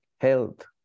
health